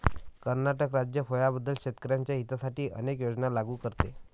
कर्नाटक राज्य फळांबद्दल शेतकर्यांच्या हितासाठी अनेक योजना लागू करते